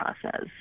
process